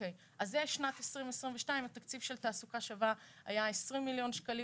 אז זה לשנת 2022. התקציב של תעסוקה שווה היה 20 מיליון שנה.